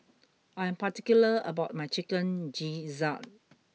I am particular about my Chicken Gizzard